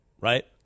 Right